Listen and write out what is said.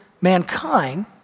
mankind